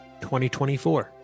2024